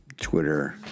Twitter